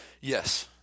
Yes